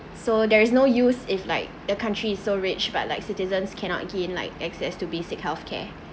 so there is no use if like the country is so rich but like citizens cannot gain like access to basic healthcare